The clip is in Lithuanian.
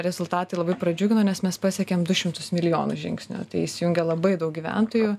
rezultatai labai pradžiugino nes mes pasiekėm du šimtus milijonų žingsnių tai įsijungė labai daug gyventojų